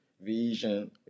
Vision